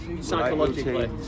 psychologically